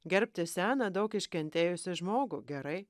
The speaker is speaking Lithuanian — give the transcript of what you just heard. gerbti seną daug iškentėjusį žmogų gerai